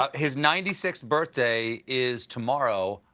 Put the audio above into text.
ah his ninety sixth birthday is tomorrow.